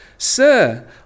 Sir